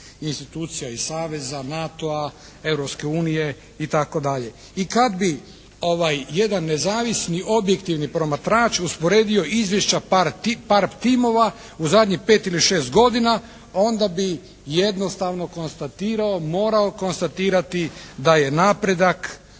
institucija i saveza, NATO-a, Europske unije itd. I kad bi ovaj jedan nezavisni, objektivni promatrač usporedio izvješća PRT timova u zadnjih pet ili šest godina onda bi jednostavno konstatirao, morao konstatirati da je napredak